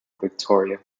victoria